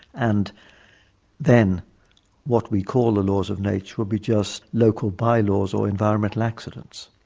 and then what we call the laws of nature will be just local bylaws or environmental accidents.